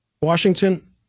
Washington